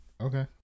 okay